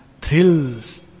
thrills